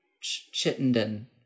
Chittenden